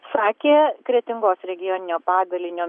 sakė kretingos regioninio padalinio